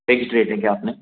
fixed rate है क्या आपने